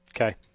Okay